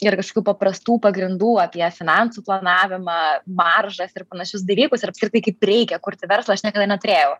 nėra kažkokių paprastų pagrindų apie finansų planavimą maržas ir panašius dalykus ir apskritai kaip reikia kurti verslą aš niekada neturėjau